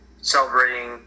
celebrating